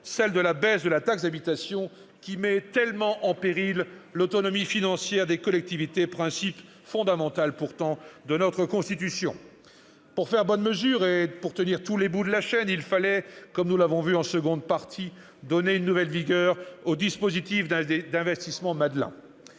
celle de la baisse de la taxe d'habitation, qui met tellement en péril l'autonomie financière des collectivités, principe fondamental de notre Constitution. Pour faire bonne mesure, et tenir tous les bouts de la chaîne, il fallait, comme nous l'avons vu en seconde partie, donner une nouvelle vigueur au dispositif d'investissement Madelin.